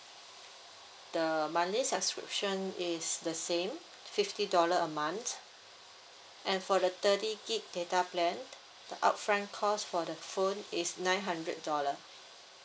the monthly subscription is the same fifty dollar a month and for the thirty gig data plan the upfront cost for the phone is nine hundred dollar